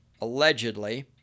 allegedly